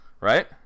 right